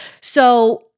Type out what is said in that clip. So-